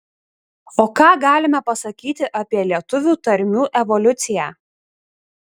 o ką galime pasakyti apie lietuvių tarmių evoliuciją